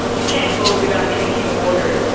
you can't go without drinking water